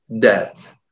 death